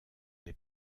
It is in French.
les